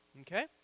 Okay